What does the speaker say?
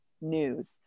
news